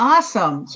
Awesome